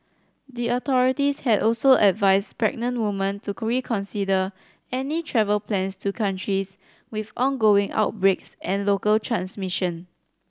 the authorities had also advised pregnant women to reconsider any travel plans to countries with ongoing outbreaks and local transmission